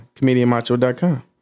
Comedianmacho.com